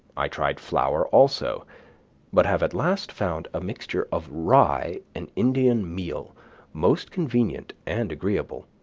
i tried flour also but have at last found a mixture of rye and indian meal most convenient and agreeable.